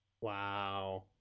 Wow